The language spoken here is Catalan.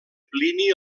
plini